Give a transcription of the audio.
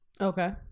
Okay